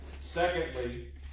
Secondly